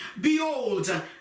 Behold